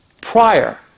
prior